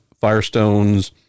firestone's